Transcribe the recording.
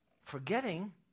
forgetting